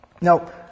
Now